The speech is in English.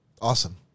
awesome